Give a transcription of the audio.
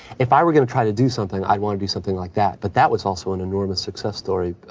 if i were going to try to do something, i'd want to do something like that. but that was also an enormous success story,